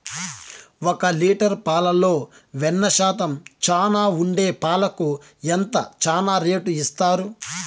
ఒక లీటర్ పాలలో వెన్న శాతం చానా ఉండే పాలకు ఎంత చానా రేటు ఇస్తారు?